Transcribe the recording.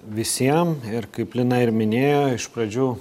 visiem ir kaip lina ir minėjo iš pradžių